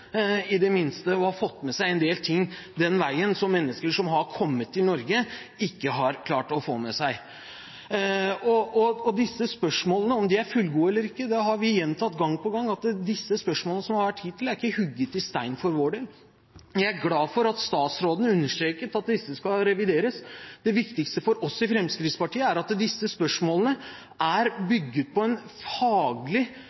og fått med seg en del ting den veien, som mennesker som har kommet til Norge, ikke har klart å få med seg. Angående om disse spørsmålene er fullgode eller ikke: Vi har gjentatt gang på gang at de spørsmålene som har vært hittil, ikke er hugget i stein for vår del. Jeg er glad for at statsråden understreket at disse skal revideres. Det viktigste for oss i Fremskrittspartiet er at disse spørsmålene er bygget på en faglig